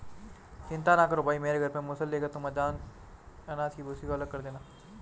चिंता ना करो भाई मेरे घर से मूसल लेकर तुम अनाज को भूसी से अलग कर लेना